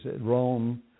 Rome